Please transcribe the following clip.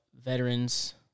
veterans